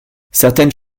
certaines